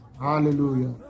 Hallelujah